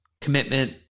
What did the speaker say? commitment